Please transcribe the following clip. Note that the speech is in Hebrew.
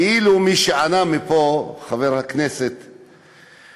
כאילו מי שענה פה, חבר הכנסת אקוניס,